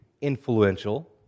influential